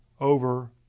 over